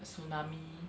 tsunami